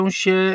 się